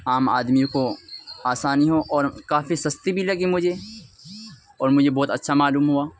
عام آدمی کو آسانی ہو اور کافی سستی بھی لگی مجھے اور مجھے بہت اچھا معلوم ہوا